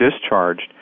discharged